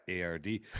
ARD